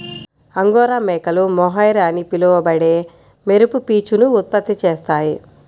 angora మేకలు mohair అని పిలువబడే మెరుపు పీచును ఉత్పత్తి చేస్తాయి